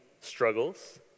struggles